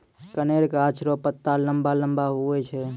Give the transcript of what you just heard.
कनेर गाछ रो पत्ता लम्बा लम्बा हुवै छै